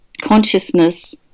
consciousness